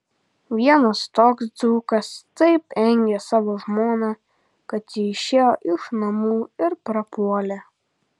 vienas toks dzūkas taip engė savo žmoną kad ji išėjo iš namų ir prapuolė